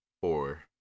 Four